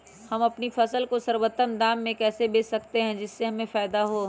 हम अपनी फसल को सर्वोत्तम दाम में कैसे बेच सकते हैं जिससे हमें फायदा हो?